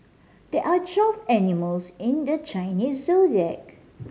there are twelve animals in the Chinese Zodiac